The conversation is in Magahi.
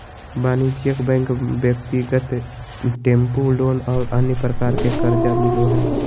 वाणिज्यिक बैंक ब्यक्तिगत टेम्पू लोन और अन्य प्रकार के कर्जा मिलो हइ